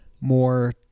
more